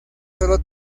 solo